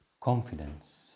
confidence